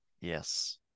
Yes